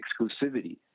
exclusivity